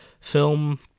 film